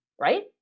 right